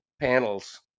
panels